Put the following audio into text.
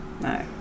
No